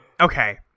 okay